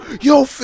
yo